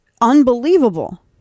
unbelievable